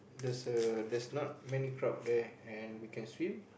there's a there's not many crowd there and we can swim